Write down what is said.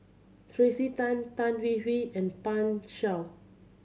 Tracey Tan Tan Hwee Hwee and Pan Shou